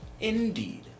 indeed